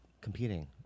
competing